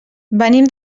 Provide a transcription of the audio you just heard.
venim